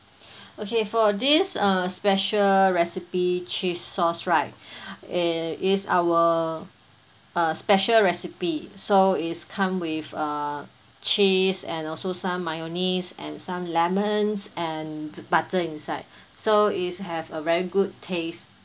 okay for this uh special recipe cheese sauce right UH it's our uh special recipe so is come with a cheese and also some mayonnaise and some lemons and butter inside so is have a very good taste